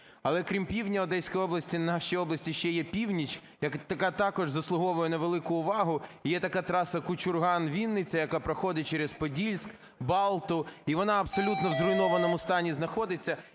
Але крім півдня Одеської області в нашій області є ще північ, яка також заслуговує на велику увагу. І є така траса Кучурган-Вінниця, яка проходить через Подільск, Балту, і вона абсолютно в зруйнованому стані знаходиться.